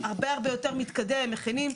מה קרה שאותן דמויות התנגדו וגם הסכימו?